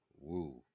woo